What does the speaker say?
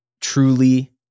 truly